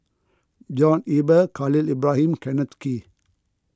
John Eber Khalil Ibrahim and Kenneth Kee